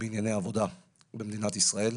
בשנה בענייני עבודה במדינת ישראל.